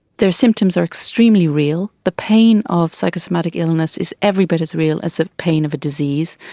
their symptoms are extremely real. the pain of psychosomatic illness is every bit as real as the pain of a disease,